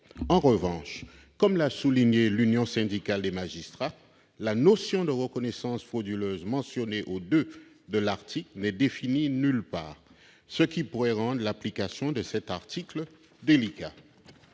En revanche, comme l'a souligné l'Union syndicale des magistrats, la notion de reconnaissance frauduleuse mentionnée au II du présent article n'est définie nulle part, ce qui pourrait rendre délicate l'application de ces dispositions.